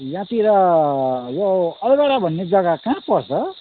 यहाँतिर यो अलगढा भन्ने जग्गा कहाँ पर्छ